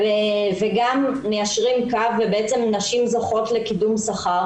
וגם מיישרים קו ובעצם נשים זוכות לקידום שכר